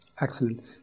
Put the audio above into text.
Excellent